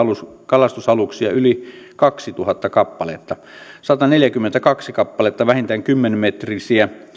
kalastusaluksia yli kaksituhatta kappaletta sataneljäkymmentäkaksi kappaletta vähintään kymmenen metrisiä